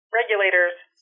regulators-